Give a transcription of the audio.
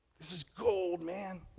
this is gold, man.